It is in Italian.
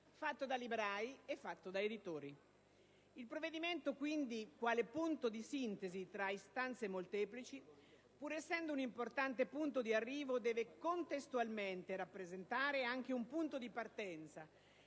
fatto da librai ed editori. Il provvedimento, quindi, quale punto di sintesi tra istanze molteplici, pur essendo un importante punto di arrivo, deve contestualmente rappresentare anche un punto di partenza